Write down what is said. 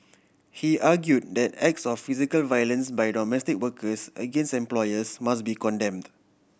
he argue that acts of physical violence by domestic workers against employers must be condemned